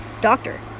doctor